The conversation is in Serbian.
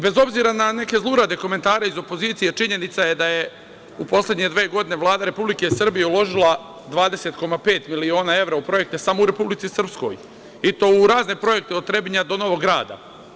Bez obzira na neke zlurade komentare iz opozicije, činjenica je da je u poslednje dve godine Vlada Republike Srbije uložila 20,5 miliona evra u projekte samo u Republici Srpskoj, i to u razne projekte od Trebinja do Novog Grada.